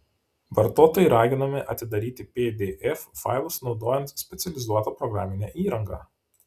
vartotojai raginami atidaryti pdf failus naudojant specializuotą programinę įrangą